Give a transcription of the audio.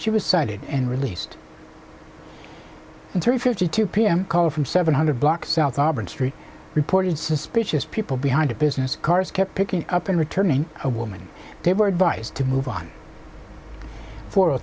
she was cited and released into fifty two p m call from seven hundred blocks south of auburn street reported suspicious people behind a business cars kept picking up and returning a woman they were advised to move on fo